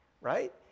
right